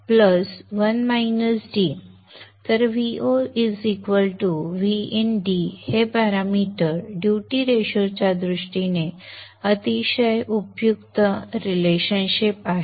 तर Vo d हे parameter duty ratio च्या दृष्टीने अतिशय उपयुक्त संबंध आहे